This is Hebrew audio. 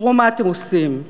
תראו מה אתם עושים.